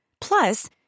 Plus